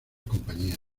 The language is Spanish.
compañías